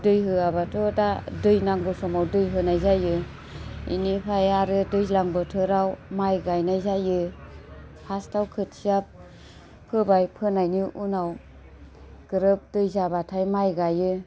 दै होवाबाथ' दा दै नांगौ स'माव दै होनाय जायो बेनिफाय आरो दैज्लां बोथोराव माइ गाइनाय जायो फास्टआव खोथिया फोबाय फोनायनि उनाव ग्रोब दै जाबाथाइ माइ गाइयो